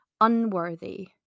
unworthy